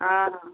हॅं